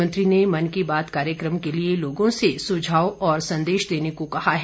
मोदी ने मन की बात कार्यक्रम के लिए लोगों से सुझाव और संदेश देने को कहा है